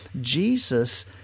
Jesus